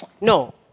No